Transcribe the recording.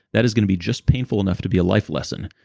that is going to be just painful enough to be a life lesson,